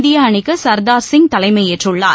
இந்திய அணிக்கு சர்தார் சிங் தலைமையேற்றுள்ளார்